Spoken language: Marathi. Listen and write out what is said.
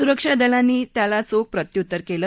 सुरक्षा दलांनी त्याला चोख प्रत्युत्तर दिलं